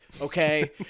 okay